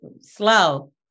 slow